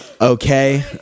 Okay